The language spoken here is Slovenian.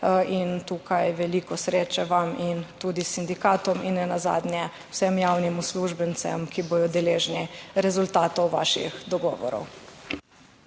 in tukaj veliko sreče vam in tudi sindikatom in ne nazadnje vsem javnim uslužbencem, ki bodo deležni rezultatov vaših dogovorov.